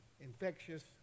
infectious